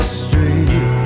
street